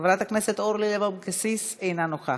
חברת הכנסת אורלי לוי אבקסיס, אינה נוכחת.